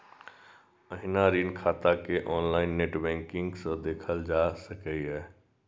एहिना ऋण खाता कें ऑनलाइन नेट बैंकिंग सं देखल जा सकैए